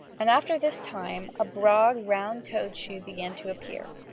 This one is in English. and after this time a broad round-toed shoe began to appear.